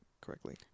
correctly